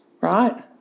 right